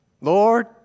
Lord